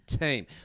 team